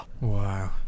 Wow